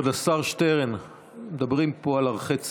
כבוד השר שטרן, מדברים פה על ערכי צה"ל.